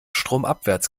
stromabwärts